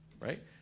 Right